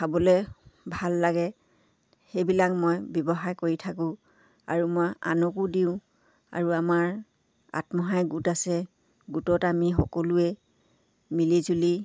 খাবলে ভাল লাগে সেইবিলাক মই ব্যৱসায় কৰি থাকোঁ আৰু মই আনকো দিওঁ আৰু আমাৰ আত্মসহায়ক গোট আছে গোটত আমি সকলোৱে মিলিজুলি